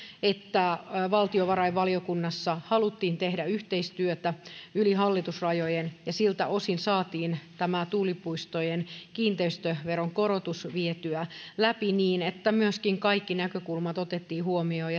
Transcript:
että valtiovarainvaliokunnassa haluttiin tehdä yhteistyötä yli hallitusrajojen ja siltä osin saatiin tämä tuulipuistojen kiinteistöveron korotus vietyä läpi niin että myöskin kaikki näkökulmat otettiin huomioon